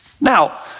Now